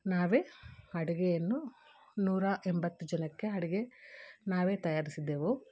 ನಾವೆ ಅಡುಗೆಯನ್ನು ನೂರ ಎಂಬತ್ತು ಜನಕ್ಕೆ ಅಡಿಗೆ ನಾವೇ ತಯಾರಿಸಿದ್ದೆವು